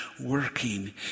working